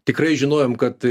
tikrai žinojom kad